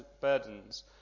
burdens